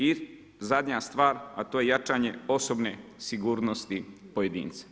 I zadnja stvar, a to je jačanje, osobne sigurnosti pojedinca.